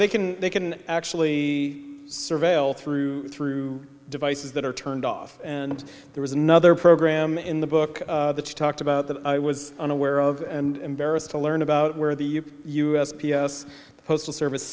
they can they can actually surveil through through devices that are turned off and there was another program in the book that you talked about that i was unaware of and varus to learn about where the u s p s postal service